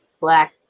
black